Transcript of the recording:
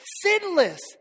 sinless